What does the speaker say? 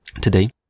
today